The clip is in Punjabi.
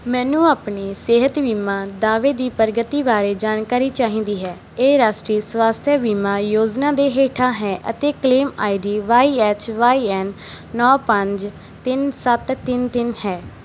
ਮੈਨੂੰ ਆਪਣੇ ਸਿਹਤ ਬੀਮਾ ਦਾਅਵੇ ਦੀ ਪ੍ਰਗਤੀ ਬਾਰੇ ਜਾਣਕਾਰੀ ਚਾਹੀਦੀ ਹੈ ਇਹ ਰਾਸ਼ਟਰੀ ਸਵਾਸਥਯ ਬੀਮਾ ਯੋਜਨਾ ਦੇ ਹੇਠਾਂ ਹੈ ਅਤੇ claim ID Y H Y N ਨੌਂ ਪੰਜ ਤਿੰਨ ਸੱਤ ਤਿੰਨ ਤਿੰਨ ਹੈ